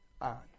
on